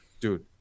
dude